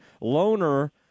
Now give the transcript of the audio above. Loner